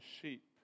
sheep